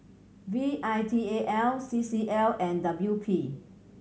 V I T A L C C L and W P